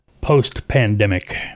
post-pandemic